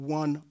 one